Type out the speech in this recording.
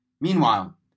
Meanwhile